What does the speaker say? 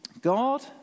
God